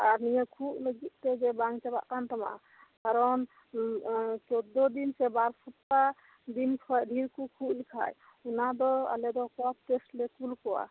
ᱟᱨ ᱠᱷᱩᱜ ᱞᱟᱹᱜᱤᱫ ᱛᱮ ᱵᱟᱝ ᱪᱟᱵᱟᱜ ᱠᱟᱱ ᱛᱟᱢᱟ ᱠᱟᱨᱚᱱ ᱜᱮᱞ ᱯᱳᱱ ᱢᱟᱦᱟ ᱥᱮ ᱵᱟᱨ ᱦᱟᱯᱛᱟ ᱢᱟᱦᱟ ᱠᱷᱚᱡ ᱵᱤᱥᱤ ᱠᱚ ᱠᱷᱩᱜ ᱞᱮᱠᱷᱟᱡ ᱚᱱᱟ ᱫᱚ ᱟᱞᱮ ᱫᱚ ᱠᱚᱯᱷ ᱴᱮᱥᱴ ᱞᱮ ᱠᱩᱞ ᱠᱚᱣᱟ